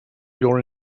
your